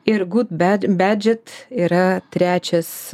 ir good bad budget yra trečias